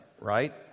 right